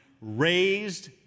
raised